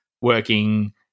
working-